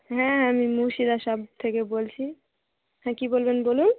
হ্যাঁ আমি মুর্শিদা শপ থেকে বলছি হ্যাঁ কী বলবেন বলুন